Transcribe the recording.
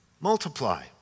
Multiply